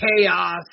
chaos